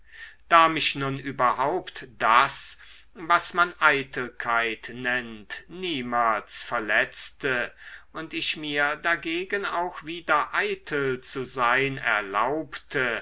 da mich nun überhaupt das was man eitelkeit nennt niemals verletzte und ich mir dagegen auch wieder eitel zu sein erlaubte